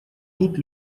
тут